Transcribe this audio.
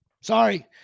Sorry